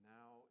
now